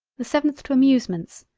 the seventh to amusements,